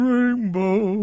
Rainbow